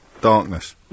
Darkness